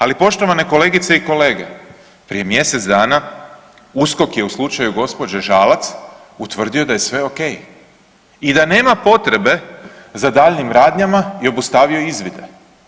Ali poštovane kolegice i kolege, prije mjesec dana USKOK je u slučaju gospođe Žalac utvrdio da je sve ok i da nema potrebe za daljnjim radnjama i obustavio izvide.